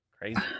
crazy